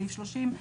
סעיף 30,